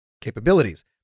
capabilities